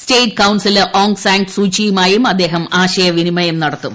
state councillor Aung San സ്യൂയിയുമായും അദ്ദേഹം ആശയവിനിമയം നടത്തും